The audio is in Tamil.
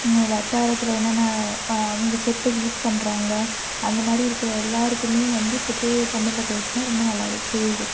வட்டாரத்தில் என்னென்ன அவங்க சொற்கள் யூஸ் பண்ணுறாங்க அந்த மாதிரி இருக்கிற எல்லாேருக்குமே வந்து இப்போ தூய தமிழில் பேசினா ரொம்ப நல்லாவே புரியுது